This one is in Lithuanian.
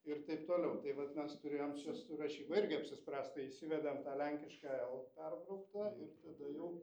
ir taip toliau tai vat mes turėjom čia su rašyba irgi apsipręst tai įsivedėm tą lenkišką l perbrauktą ir tada jau